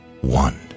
one